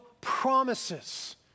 promises